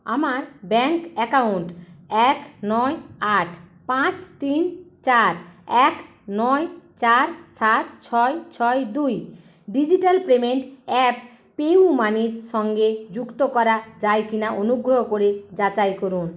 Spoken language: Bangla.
আমার ব্যাঙ্ক অ্যাকাউন্ট এক নয় আট পাঁচ তিন চার এক নয় চার সাত ছয় ছয় দুই ডিজিটাল পেমেন্ট অ্যাপ পেইউমানির সঙ্গে যুক্ত করা যায় কি না অনুগ্রহ করে যাচাই করুন